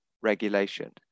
regulation